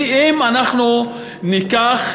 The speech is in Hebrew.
כי אם אנחנו ניקח,